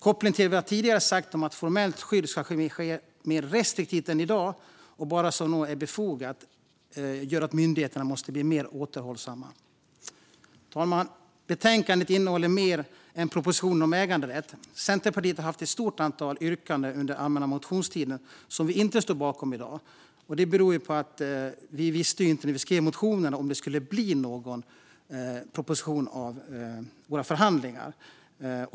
Kopplingen till vad jag tidigare sagt om att formellt skydd ska ske mer restriktivt än i dag och bara när så är befogat gör att myndigheterna måste bli mer återhållsamma. Fru talman! Betänkandet innehåller mer än propositionen om äganderätt. Centerpartiet har haft ett stort antal yrkanden under allmänna motionstiden som vi inte står bakom i dag. När vi skrev motionerna visste vi ju inte om det skulle bli någon proposition eller några förhandlingar.